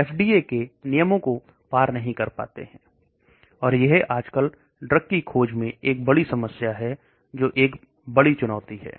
SDA के नियमों को पार नहीं कर पाते हैं और आजकल ड्रग की खोज में एक बड़ी समस्या है जो एक बड़ी चुनौती है